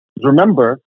Remember